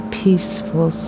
peaceful